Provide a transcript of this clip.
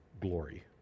glory